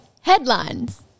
Headlines